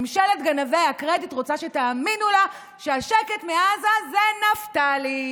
ממשלת גנבי הקרדיט רוצה שתאמינו לה שהשקט מעזה זה נפתלי.